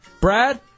Brad